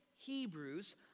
Hebrews